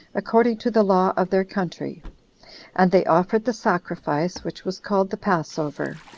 according to the law of their country and they offered the sacrifice which was called the passover,